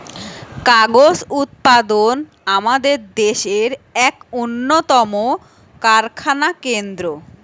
কাগজ উৎপাদন আমাদের দেশের এক উন্নতম কারখানা কেন্দ্র